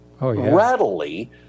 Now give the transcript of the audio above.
readily